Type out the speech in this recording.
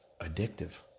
addictive